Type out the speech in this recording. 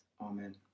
Amen